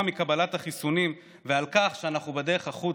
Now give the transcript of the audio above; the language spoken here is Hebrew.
מקבלת החיסונים ועל כך שאנחנו בדרך החוצה,